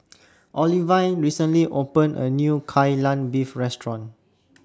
Olivine recently opened A New Kai Lan Beef Restaurant